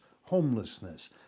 homelessness